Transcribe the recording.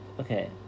Okay